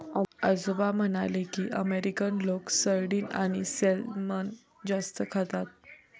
आजोबा म्हणाले की, अमेरिकन लोक सार्डिन आणि सॅल्मन जास्त खातात